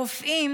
הרופאים,